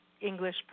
English